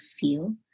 feel